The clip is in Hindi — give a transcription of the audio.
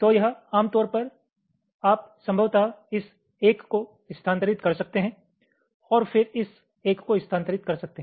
तो यह आम तौर पर है आप संभवतः इस एक को स्थानांतरित कर सकते हैं और फिर इस एक को स्थानांतरित कर सकते हैं